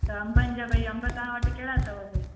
त अंबनि जा भई अंब तव्हां वटि कहिड़ा अथव भई